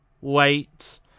Wait